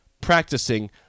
practicing